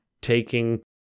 taking